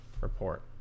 Report